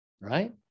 right